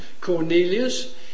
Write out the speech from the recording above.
Cornelius